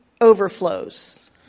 overflows